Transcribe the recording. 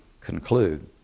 conclude